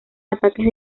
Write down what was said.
ataques